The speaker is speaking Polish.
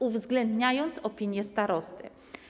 uwzględniając opinię starosty.